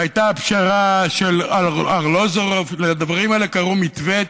והייתה הפשרה של ארלוזורוב; לדברים האלה קראו מתווה,